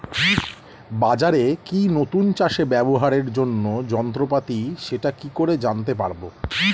বাজারে কি নতুন চাষে ব্যবহারের জন্য যন্ত্রপাতি সেটা কি করে জানতে পারব?